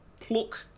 pluck